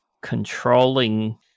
controlling